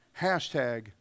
hashtag